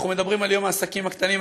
אנחנו מדברים על יום העסקים הקטנים.